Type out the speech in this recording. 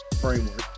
framework